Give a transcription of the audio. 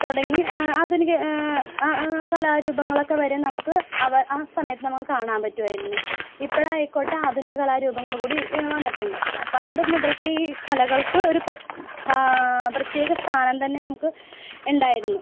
തുടങ്ങി ആധുനിക ആ കലാരൂപങ്ങളൊക്കെ വരെ നമുക്ക് ആ സമയത്ത് നമുക്ക് കാണാൻ പറ്റുമായിരുന്നു ഇപ്പഴ് ആയിക്കോട്ടെ ആധുനിക കലാരൂപങ്ങൾ കൂടി വന്നിട്ടുണ്ട് പണ്ട് മുതൽക്കേ ഈ കലകൾക്ക് ഒരു പ്രത്യേക സ്ഥാനം തന്നെ നമുക്ക് ഉണ്ടായിരുന്നു